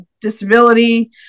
disability